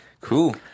Cool